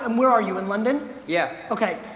um where are you, in london? yeah. okay,